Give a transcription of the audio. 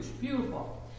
beautiful